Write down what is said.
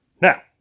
Now